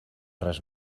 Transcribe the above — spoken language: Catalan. res